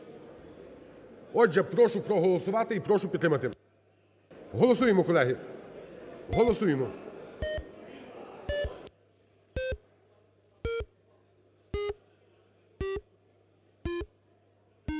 Отже, прошу проголосувати і прошу підтримати. Голосуємо, колеги! Голосуємо.